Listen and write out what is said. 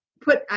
put